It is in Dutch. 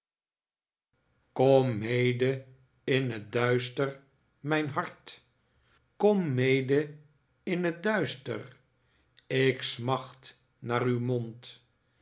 kom mede in het duister mijn hart kom mede in het duister ik smacht naar uw mond